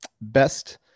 best